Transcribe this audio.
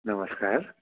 नमस्कार